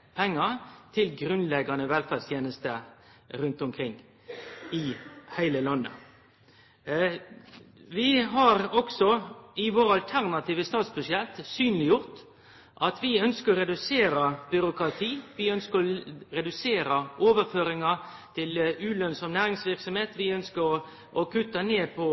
rundt omkring i heile landet meir pengar til grunnleggjande velferdstenester. Vi har også i vårt alternative statsbudsjett synleggjort at vi ønskjer å redusere byråkrati, vi ønskjer å redusere overføringar til ulønnsam næringsverksemd. Vi ønskjer å kutte ned på